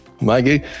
Maggie